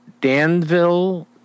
Danville